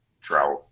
drought